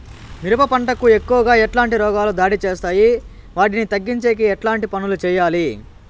మిరప పంట కు ఎక్కువగా ఎట్లాంటి రోగాలు దాడి చేస్తాయి వాటిని తగ్గించేకి ఎట్లాంటి పనులు చెయ్యాలి?